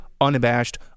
unabashed